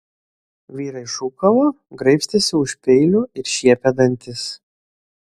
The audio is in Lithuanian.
vyrai šūkavo graibstėsi už peilių ir šiepė dantis